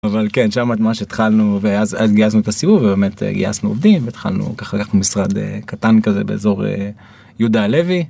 אבל כן שמה את מה שהתחלנו ואז אז גייסנו את הסיבוב ובאמת גייסנו עובדים והתחלנו ככה לקחנו משרד קטן כזה באזור יהודה הלוי.